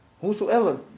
Whosoever